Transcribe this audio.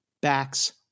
backs